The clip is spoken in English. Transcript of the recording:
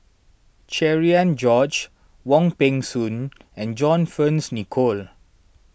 Cherian George Wong Peng Soon and John Fearns Nicoll